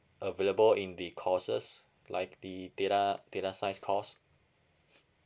available in the courses like the data data science course